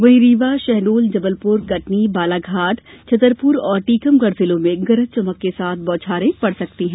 वहीं रीवा शहडोल जबलपुर कटनी बालाघाट छतरपुर और टीकमगढ़ जिलों में गरज चमक के साथ बौछारें पड़ सकती है